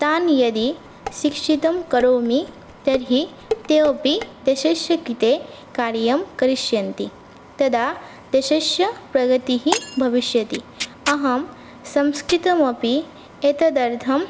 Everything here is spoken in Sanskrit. तान् यदि शिक्षितं करोमि तर्हि ते अपि देशस्य कृते कार्यं करिष्यन्ति तदा देशस्य प्रगतिः भविष्यति अहं संस्कृतमपि एतदर्थम्